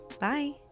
Bye